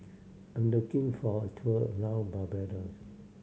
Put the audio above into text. I'm looking for a tour around Barbados